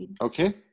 Okay